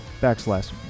backslash